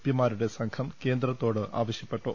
P മാരുടെ സംഘം കേന്ദ്രത്തോട് ആവശ്യപ്പെട്ടു